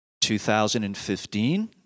2015